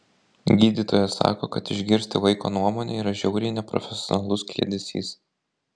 gydytojas sako kad išgirsti vaiko nuomonę yra žiauriai neprofesionalus kliedesys